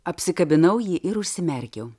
apsikabinau jį ir užsimerkiau